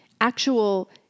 actual